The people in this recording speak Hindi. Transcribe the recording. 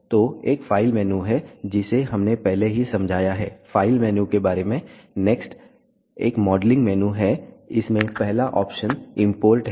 तो एक फ़ाइल मेनू है जिसे हमने पहले ही समझाया है फ़ाइल मेनू के बारे में नेक्स्ट एक मॉडलिंग मेनू है इसमें पहला ऑप्शन इंपोर्ट है